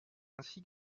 ainsi